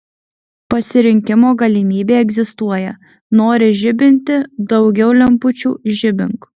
pasirinkimo galimybė egzistuoja nori žibinti daugiau lempučių žibink